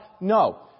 no